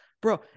bro